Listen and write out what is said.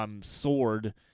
Sword